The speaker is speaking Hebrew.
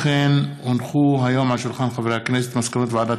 ותועבר לוועדת